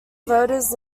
voters